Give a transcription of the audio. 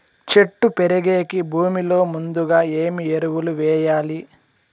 చెట్టు పెరిగేకి భూమిలో ముందుగా ఏమి ఎరువులు వేయాలి?